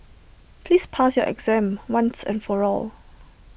please pass your exam once and for all